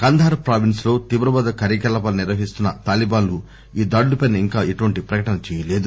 Kandahar province లో తీవ్రవాద కార్యకలాపాలు నిర్వహిస్తున్న తాలీబన్ లు ఈ దాడులపై ఇంకా ఎటువంటి ప్రకటన చేయలేదు